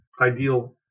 ideal